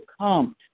come